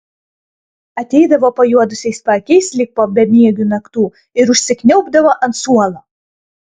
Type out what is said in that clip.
ateidavo pajuodusiais paakiais lyg po bemiegių naktų ir užsikniaubdavo ant suolo